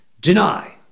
deny